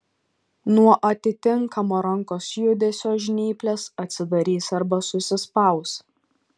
nuo atitinkamo rankos judesio žnyplės atsidarys arba susispaus